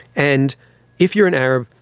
and if you were an arab,